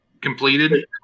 completed